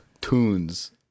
Tunes